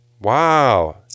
Wow